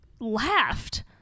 laughed